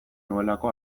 nuelako